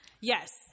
Yes